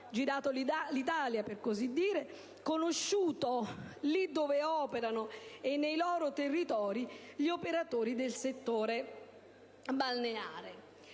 girato l'Italia - per così dire - e abbiamo conosciuto là dove operano, nei loro territori, gli operatori del settore balneare.